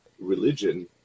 religion